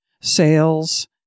sales